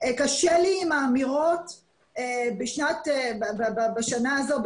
קשה לי עם האמירות בשנה הזו,